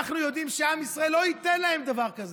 אנחנו יודעים שעם ישראל לא ייתן להם דבר כזה.